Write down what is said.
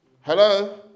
Hello